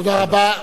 תודה רבה.